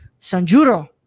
Sanjuro